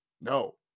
no